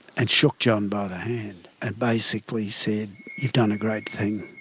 and shook john by the hand and basically said, you've done a great thing.